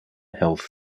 health